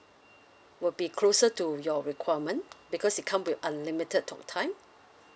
would be closer to your requirement because it come with unlimited talk time